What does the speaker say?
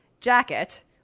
jacket